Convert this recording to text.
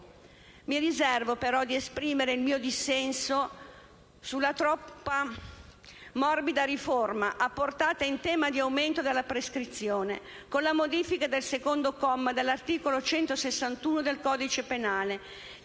Mi riservo però di esprimere il mio dissenso sulla (troppo) morbida riforma apportata in tema di aumento della prescrizione, con la modifica del secondo comma dell'articolo 161 del codice penale,